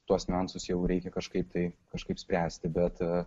tuos niuansus jau reikia kažkaip tai kažkaip spręsti bet